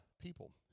people